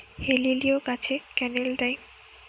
হেলিলিও গাছে ক্যানেল দেয়?